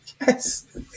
Yes